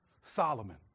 Solomon